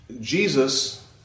Jesus